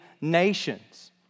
nations